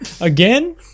again